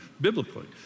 biblically